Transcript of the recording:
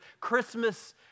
Christmas